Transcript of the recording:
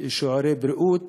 שיעורי בריאות,